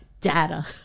data